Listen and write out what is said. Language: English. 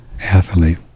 athlete